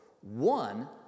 One